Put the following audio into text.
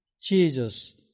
Jesus